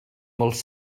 molts